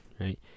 right